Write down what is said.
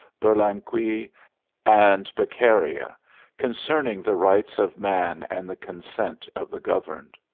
burlamaqui and beccaria concerning the rights of man and the consent of the governed.